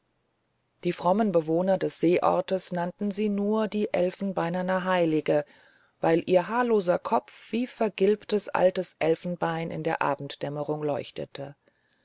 die frommen bewohner des seeortes nannten sie nur die elfenbeinerne heilige weil ihr haarloser kopf wie vergilbtes altes elfenbein in der abenddämmerung leuchtete